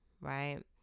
right